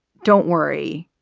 don't worry,